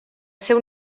seu